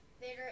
Vader